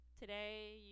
today